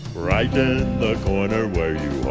brighten the corner where you are